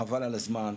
חבל על הזמן.